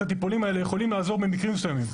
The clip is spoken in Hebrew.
12 הטיפולים האלה יכולים לעזור במקרים מסוימים.